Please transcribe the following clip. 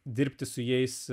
dirbti su jais